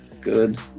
good